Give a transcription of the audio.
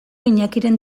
iñakiren